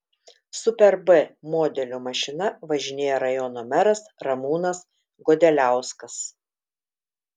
superb modelio mašina važinėja rajono meras ramūnas godeliauskas